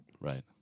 Right